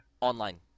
Online